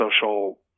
social